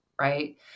right